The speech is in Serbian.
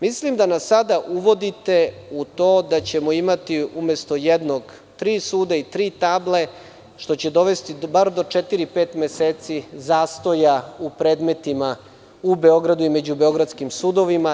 Mislim da nas sada uvodite u to da ćemo imati, umesto jednog tri suda i tri table, što će dovesti bar do četiri, pet meseci zastoja u predmetima u Beogradu i međubeogradskim sudovima.